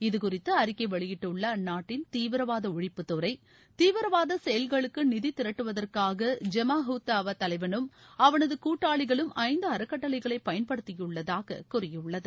இது குறித்து அறிக்கை வெளியிட்டுள்ள அந்நாட்டின் தீவிரவாத ஒழிப்புத்துறை தீவிரவாத செயல்களுக்கு நிதி திரட்டுவதற்காக ஜமா உத் தாவா தலைவனும் அவனது கூட்டாளிகளும் ஐந்து அறக்கட்டளைகளை பயன்படுத்தியுள்ளதாக கூறியுள்ளது